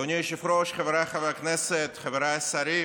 אדוני היושב-ראש, חבריי חברי הכנסת, חבריי השרים,